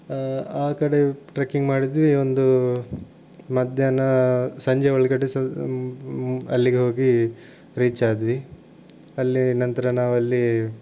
ಆ ಕಡೆ ಟ್ರೆಕ್ಕಿಂಗ್ ಮಾಡಿದ್ವಿ ಒಂದು ಮಧ್ಯಾಹ್ನ ಸಂಜೆ ಒಳಗಡೆ ಸಲ್ ಅಲ್ಲಿಗೆ ಹೋಗಿ ರೀಚ್ ಆದ್ವಿ ಅಲ್ಲಿ ನಂತರ ನಾವಲ್ಲಿ